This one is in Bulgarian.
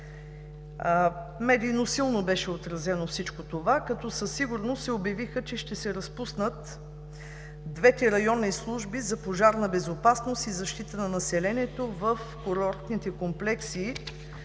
Медийно силно беше отразено всичко това, като със сигурност обявиха, че ще се разпуснат двете районни служби за пожарна безопасност и защита на населението в курортните комплекси